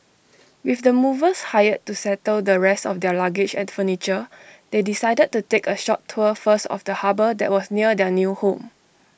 with the movers hired to settle the rest of their luggage and furniture they decided to take A short tour first of the harbour that was near their new home